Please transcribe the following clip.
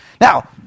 Now